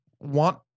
want